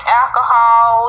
alcohol